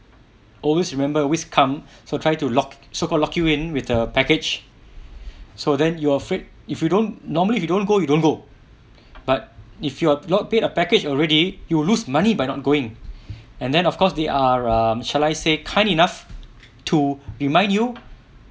always remember always come so try to lock so called lock you in with a package so then you're afraid if you don't normally if you don't go you don't go but if you are not paid a package already you will lose money by not going and then of course they are um shall I say kind enough to remind you